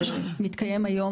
מתקיים היום,